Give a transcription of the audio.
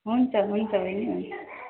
हुन्छ हुन्छ बहिनी हुन्छ